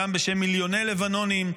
גם בשם מיליוני לבנונים.